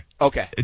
okay